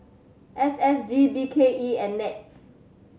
S S G B K E and NETS